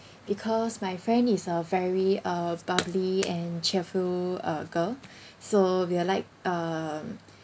because my friend is a very uh bubbly and cheerful uh girl so we'll like um